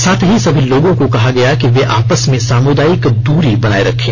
साथ ही सभी लोगों को कहा गया कि वे आपस में सामुदायिक दूरी बनाये रखें